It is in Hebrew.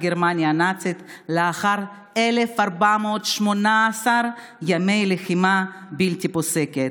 על גרמניה הנאצית לאחר 1,418 ימי לחימה בלתי פוסקת.